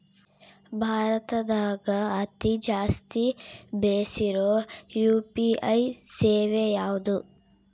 ಭಾರತದಗ ಅತಿ ಜಾಸ್ತಿ ಬೆಸಿರೊ ಯು.ಪಿ.ಐ ಸೇವೆ ಯಾವ್ದು?